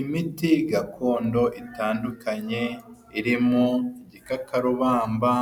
Imiti gakondo itandukanye irimo igikakarubamba,